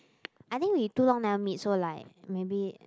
I think we too long never meet so maybe